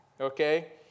Okay